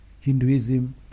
Hinduism